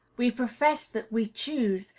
we profess that we choose,